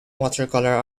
watercolour